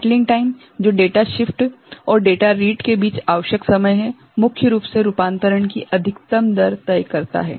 settling time जो data shift और data read के बीच आवश्यक समय है मुख्य रूप से रूपांतरण की अधिकतम दर तय करता है